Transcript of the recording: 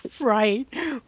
Right